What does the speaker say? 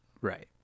Right